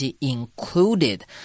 included